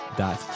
dot